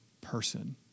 person